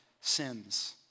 sins